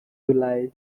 july